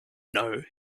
know